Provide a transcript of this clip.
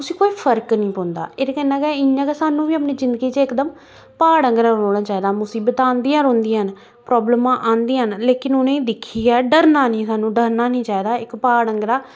उसी कोई फर्क निं पौंदा एह्दे कन्नै गै इ'यां गै सानूं बी अपनी जिन्दगी च इकदम प्हाड़ आंह्गर रौह्ना चाहिदा मसीबतां आंदियां रौंह्दियां न प्राब्लमां आंदियां न लेकिन उनेंगी दिक्खियै डरना निं सानूं डरना निं चाहिदा इक प्हाड़ आंह्गरा